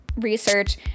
research